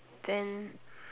then